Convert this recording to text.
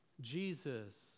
Jesus